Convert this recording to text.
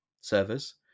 servers